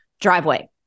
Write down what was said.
driveway